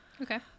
okay